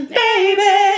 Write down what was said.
baby